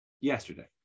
Yesterday